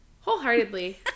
Wholeheartedly